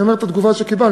אני אומר את התגובה שקיבלנו,